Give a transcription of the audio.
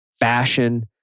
fashion